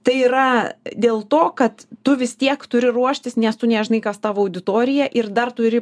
tai yra dėl to kad tu vis tiek turi ruoštis nes tu nežinai kas tavo auditorija ir dar turi